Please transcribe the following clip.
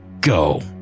Go